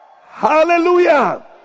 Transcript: Hallelujah